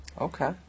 Okay